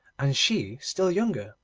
and she still younger.